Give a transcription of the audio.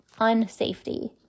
unsafety